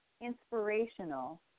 inspirational